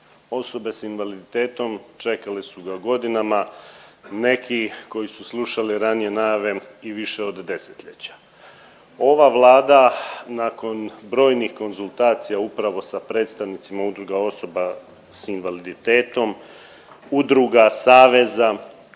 osobe s invaliditetom čekale su ga godinama, neki koji su slušali ranije najave i više od 10-ljeća. Ova Vlada nakon brojnih konzultacija upravo sa predstavnicima udruga osoba s invaliditetom, udruga, saveza,